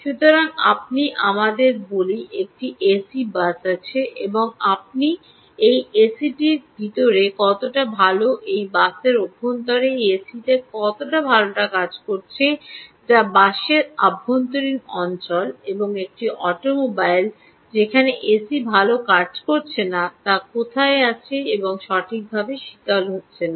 সুতরাং আপনি আমাদের বলি একটি এসি বাস আছে এবং আপনি এই এসিটির ভিতরে কতটা ভাল তা এই বাসের অভ্যন্তরে এই এসি কতটা ভাল কাজ করছে যা বাসের অভ্যন্তরীণ অঞ্চল বা একটি অটোমোবাইল যেখানে এসি ভাল কাজ করছে না তা কোথায় রয়েছে এটি সঠিকভাবে শীতল হচ্ছে না